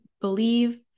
believe